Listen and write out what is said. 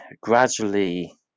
gradually